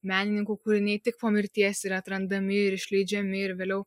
menininkų kūriniai tik po mirties yra atrandami ir išleidžiami ir vėliau